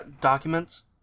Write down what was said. documents